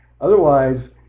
Otherwise